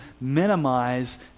minimize